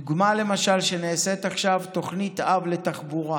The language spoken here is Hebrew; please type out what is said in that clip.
דוגמה, למשל, שנעשית עכשיו, תוכנית אב לתחבורה